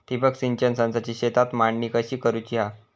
ठिबक सिंचन संचाची शेतात मांडणी कशी करुची हा?